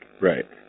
Right